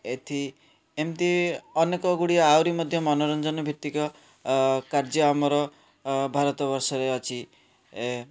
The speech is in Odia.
ଏଠି ଏମିତି ଅନେକଗୁଡ଼ିଏ ଆହୁରି ମଧ୍ୟ ମନୋରଞ୍ଜନ ଭିତ୍ତିକ କାର୍ଯ୍ୟ ଆମର ବର୍ଷ ଭାରତ ବର୍ଷରେ ଅଛି